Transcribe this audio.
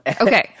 Okay